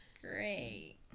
Great